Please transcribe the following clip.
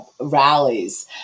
rallies